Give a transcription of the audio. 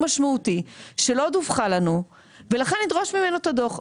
משמעותי שלא דווחה לנו ולכן נדרוש ממנו את הדוח.